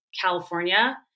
California